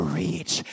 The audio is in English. reach